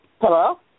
Hello